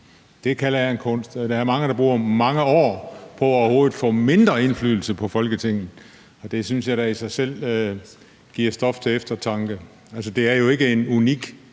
Det kalder jeg kunst. Der er mange, der bruger mange år på overhovedet at få mindre indflydelse på Folketinget, og det synes jeg da i sig selv giver stof til eftertanke. Det er jo ikke et unikt